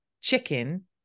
chicken